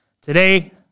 Today